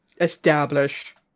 established